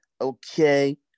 okay